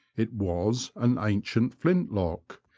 it was an ancient flint-lock,